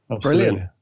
Brilliant